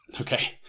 okay